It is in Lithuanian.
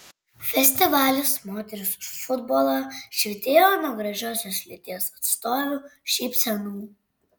festivalis moterys už futbolą švytėjo nuo gražiosios lyties atstovių šypsenų